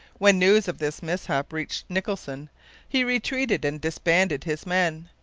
when news of this mishap reached nicholson he retreated and disbanded his men.